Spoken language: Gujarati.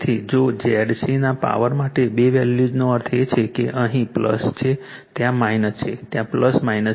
તેથી જો ZC ના પાવર માટે બે વેલ્યૂઝનો અર્થ એ છે કે અહીં છે ત્યાં છે ત્યાં છે